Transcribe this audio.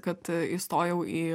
kad įstojau į